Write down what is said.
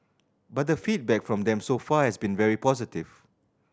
but the feedback from them so far has been very positive